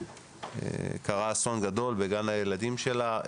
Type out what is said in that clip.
שקרה אסון גדול בגן הילדים שלה.